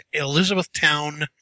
Elizabethtown